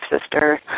sister